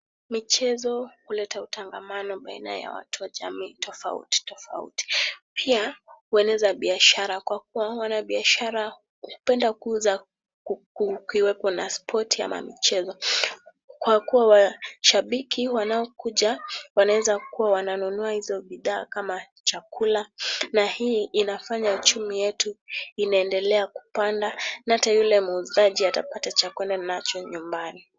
Michezo huleta utangamano baina ya watu wa jamii tofauti tofauti. Pia, hueneza biashara kwa kuwa wanabiashara hupenda kuuza kukiwepo na spoti ama michezo. Kwa kuwa shabiki wanaokuja wanaweza kuwa wananunua hizo bidhaa kama chakula. Na hii inafanya uchumi yetu inaendelea kupanda. Hata yule muuzaji atapata cha kwenda nacho nyumbani.